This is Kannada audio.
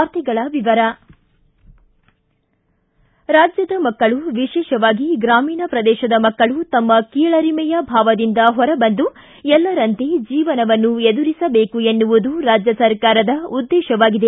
ವಾರ್ತೆಗಳ ವಿವರ ರಾಜ್ಞದ ಮಕ್ಕಳು ವಿಶೇಷವಾಗಿ ಗ್ರಾಮೀಣ ಪ್ರದೇಶದ ಮಕ್ಕಳು ತಮ್ಮ ಕೀಳರಿಮೆಯ ಭಾವದಿಂದ ಹೊರಬಂದು ಎಲ್ಲರಂತೆ ಜೀವನವನ್ನು ಎದುರಿಸಬೇಕು ಎನ್ನುವುದು ರಾಜ್ಯ ಸರ್ಕಾರದ ಉದ್ದೇಶವಾಗಿದೆ